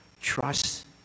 Trust